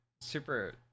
super